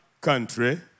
country